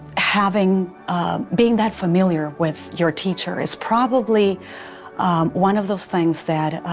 having being that familiar with your teacher is probably one of those things that